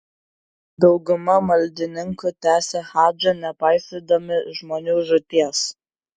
dauguma maldininkų tęsė hadžą nepaisydami žmonių žūties